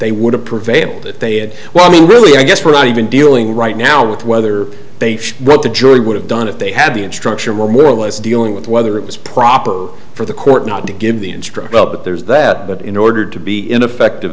they would have prevailed that they had well i mean really i guess we're not even dealing right now with whether they what the jury would have done if they had the instruction were more or less dealing with whether it was proper for the court not to give the instructor up but there's that but in order to be ineffective